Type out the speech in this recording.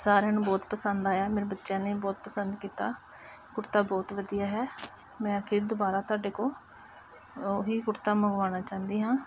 ਸਾਰਿਆਂ ਨੂੰ ਬਹੁਤ ਪਸੰਦ ਆਇਆ ਮੇਰੇ ਬੱਚਿਆਂ ਨੇ ਬਹੁਤ ਪਸੰਦ ਕੀਤਾ ਕੁੜਤਾ ਬਹੁਤ ਵਧੀਆ ਹੈ ਮੈਂ ਫਿਰ ਦੁਬਾਰਾ ਤੁਹਾਡੇ ਕੋਲ ਉਹੀ ਕੁੜਤਾ ਮੰਗਵਾਉਣਾ ਚਾਹੁੰਦੀ ਹਾਂ